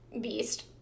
beast